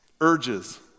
urges